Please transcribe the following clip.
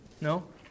No